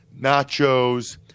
nachos